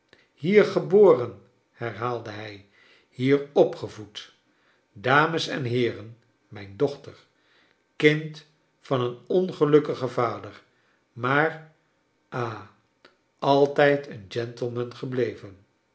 hier geboren herhaalde hij hier opgevoed dames en heeren mijn dochter kind van een ongelukkigen vader maar ha altijd een gentleman gebleven